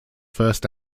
first